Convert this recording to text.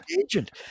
agent